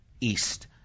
east